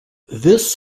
this